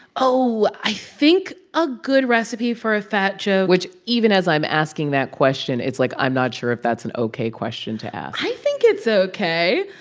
oh, i think a good recipe for a fat joke. which even as i'm asking that question, it's like, i'm not sure if that's an ok question to ask i think it's ok.